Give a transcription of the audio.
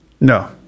No